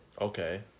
Okay